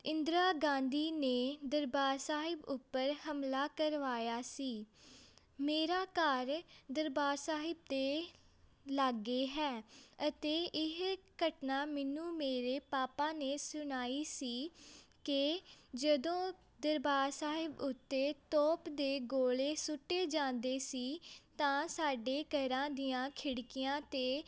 ਇੰਦਰਾ ਗਾਂਧੀ ਨੇ ਦਰਬਾਰ ਸਾਹਿਬ ਉੱਪਰ ਹਮਲਾ ਕਰਵਾਇਆ ਸੀ ਮੇਰਾ ਘਰ ਦਰਬਾਰ ਸਾਹਿਬ ਦੇ ਲਾਗੇ ਹੈ ਅਤੇ ਇਹ ਘਟਨਾ ਮੈਨੂੰ ਮੇਰੇ ਪਾਪਾ ਨੇ ਸੁਣਾਈ ਸੀ ਕਿ ਜਦੋਂ ਦਰਬਾਰ ਸਾਹਿਬ ਉੱਤੇ ਤੋਪ ਦੇ ਗੋਲੇ ਸੁੱਟੇ ਜਾਂਦੇ ਸੀ ਤਾਂ ਸਾਡੇ ਘਰਾਂ ਦੀਆਂ ਖਿੜਕੀਆਂ ਅਤੇ